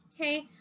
Okay